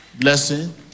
blessing